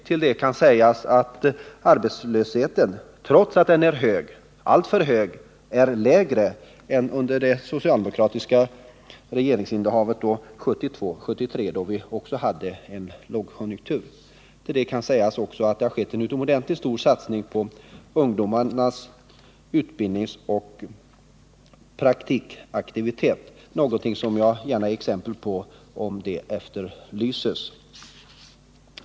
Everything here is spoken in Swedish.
Till det kan sägas att arbetslösheten, trots att den är alltför hög, är lägre nu än under det socialdemokratiska regeringsinnehavet åren 1972-1973 då vi också hade en lågkonjunktur. Det har skett en utomordentligt stor satsning på ungdomarnas utbildning och praktik — någonting som jag gärna ger exempel på om det efterlyses.